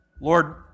Lord